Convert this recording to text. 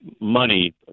money